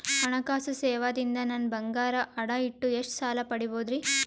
ಹಣಕಾಸು ಸೇವಾ ದಿಂದ ನನ್ ಬಂಗಾರ ಅಡಾ ಇಟ್ಟು ಎಷ್ಟ ಸಾಲ ಪಡಿಬೋದರಿ?